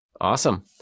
Awesome